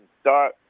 start